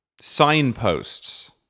signposts